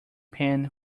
pain